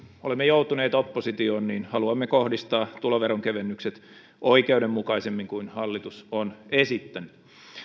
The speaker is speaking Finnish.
olemme joutuneet oppositioon haluamme kohdistaa tuloveron kevennykset oikeudenmukaisemmin kuin hallitus on esittänyt